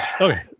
okay